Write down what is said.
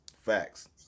Facts